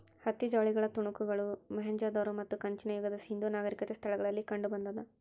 ಹತ್ತಿ ಜವಳಿಗಳ ತುಣುಕುಗಳು ಮೊಹೆಂಜೊದಾರೋ ಮತ್ತು ಕಂಚಿನ ಯುಗದ ಸಿಂಧೂ ನಾಗರಿಕತೆ ಸ್ಥಳಗಳಲ್ಲಿ ಕಂಡುಬಂದಾದ